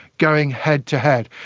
going head to head.